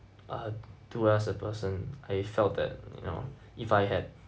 uh do well as a person I felt that you know if I had